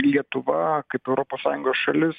lietuva kaip europos sąjungos šalis